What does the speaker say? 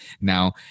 now